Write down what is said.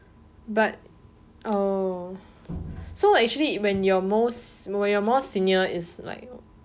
but uh so actually when you are most when you are more senior is like